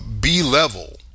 B-level